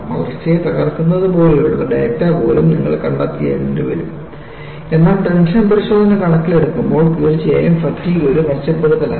വളർച്ചയെ തകർക്കുന്നതുപോലുള്ള ഡാറ്റ പോലും നിങ്ങൾ കണ്ടെത്തേണ്ടിവരും എന്നാൽ ടെൻഷൻ പരിശോധന കണക്കിലെടുക്കുമ്പോൾ തീർച്ചയായും ഫാറ്റിഗ് ഒരു മെച്ചപ്പെടുത്തലായിരുന്നു